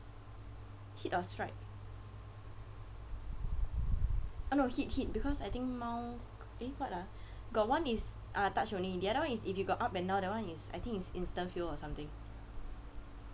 hit or strike uh no hit hit because I think mount eh what ah got one is ah touch only the other one is if you got up and down that one is I think it's instant fail or something